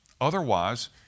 Otherwise